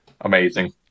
Amazing